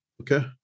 Okay